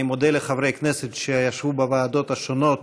אני מודה לחברי הכנסת שישבו בוועדות השונות